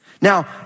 Now